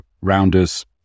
rounders